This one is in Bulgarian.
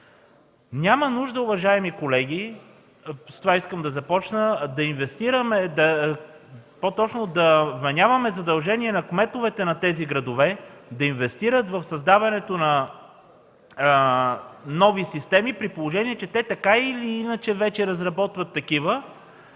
Няма нужда, уважаеми колеги, с това искам да започна, да вменяваме задължение на кметовете на тези градове да инвестират в създаването на нови системи, при положение че те така или иначе вече разработват такива